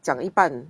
讲一半